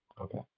Okay